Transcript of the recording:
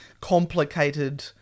complicated